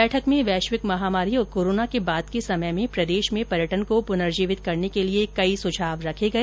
बैठक में वैश्विक महामारी और कोरोना के बाद के समय में प्रदेश में पर्यटन को पुनर्जीवित करने के लिए कई सुझाव रखे गए